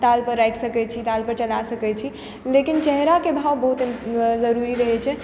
ताल पर राखि सकै छी ताल पर चला सकै छी लेकिन चेहराके भाव बहुत जरूरी रहै छै